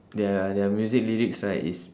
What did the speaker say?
their their music lyrics right is